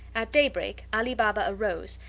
at daybreak ali baba arose,